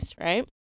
right